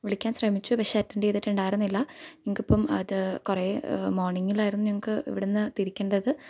വിളിക്കാന് ശ്രമിച്ചു പക്ഷേ അറ്റൻഡ് ചെയ്തിട്ടുണ്ടായിരുന്നില്ല ഞങ്ങൾക്ക് ഇപ്പം അത് കുറെ മോർണിങ്ങിലായിരുന്നു ഞങ്ങൾക്ക് ഇവിടുന്ന് തിരിക്കണ്ടത്